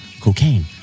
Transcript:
Cocaine